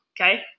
okay